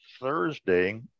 Thursday